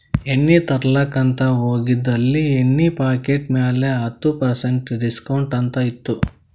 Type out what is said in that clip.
ಎಣ್ಣಿ ತರ್ಲಾಕ್ ಅಂತ್ ಹೋಗಿದ ಅಲ್ಲಿ ಎಣ್ಣಿ ಪಾಕಿಟ್ ಮ್ಯಾಲ ಹತ್ತ್ ಪರ್ಸೆಂಟ್ ಡಿಸ್ಕೌಂಟ್ ಅಂತ್ ಇತ್ತು